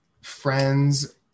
friends